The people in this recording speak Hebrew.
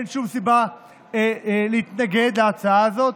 אין שום סיבה להתנגד להצעה הזאת.